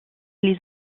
les